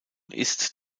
ist